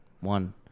one